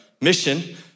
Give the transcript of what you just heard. Mission